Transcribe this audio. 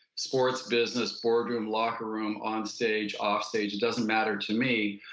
sports, business, board room, locker room, on stage, off stage, it doesn't matter to me.